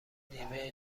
نیمه